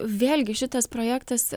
vėlgi šitas projektas